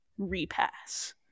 repass